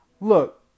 Look